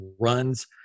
runs